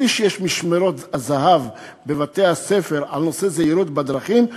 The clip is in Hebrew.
כפי שיש משמרות הזה"ב בבתי-הספר בנושא זהירות בדרכים,